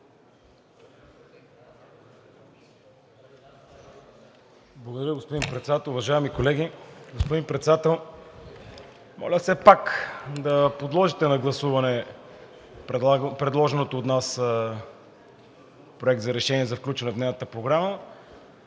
Благодаря, господин Председател. Уважаеми колеги! Господин Председател, моля все пак да подложите на гласуване предложения от нас Проект на решение за включване в дневната програма.